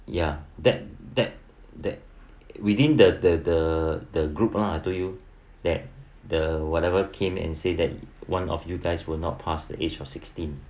ya that that that within the the the the group lah told you that the whatever came and say that [one] of the guys will not pass the age of sixteen